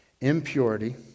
impurity